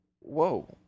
whoa